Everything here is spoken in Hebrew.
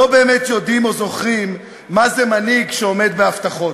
לא באמת יודעים או זוכרים מה זה מנהיג שעומד בהבטחות.